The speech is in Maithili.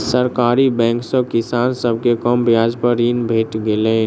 सरकारी बैंक सॅ किसान सभ के कम ब्याज पर ऋण भेट गेलै